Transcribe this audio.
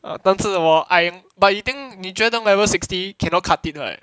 ah 但是我 I'm but you think 你觉得 level sixty cannot cut in right